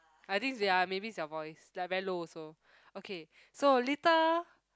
I think ya maybe it's your voice like very low also okay so little